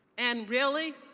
and really,